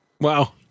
Wow